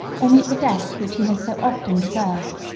or meet the death which he has so often deserved.